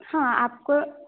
हाँ आपको